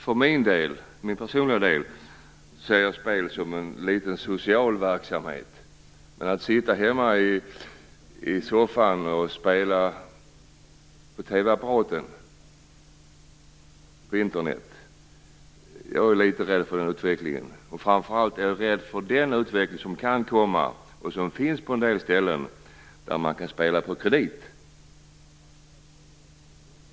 För min personliga del ser jag spel som en social verksamhet. Jag är litet rädd för en utveckling där vi sitter hemma i soffan och spelar spel på TV-apparaten - på Internet. Framför allt är jag rädd för den utveckling som kan komma och som finns på en del ställen när det gäller att spela på kredit.